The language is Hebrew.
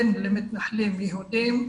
בן למתנחלים יהודים,